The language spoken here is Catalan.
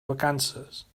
vacances